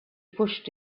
pushed